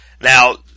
Now